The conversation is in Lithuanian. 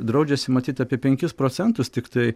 draudžiasi matyt apie penkis procentus tiktai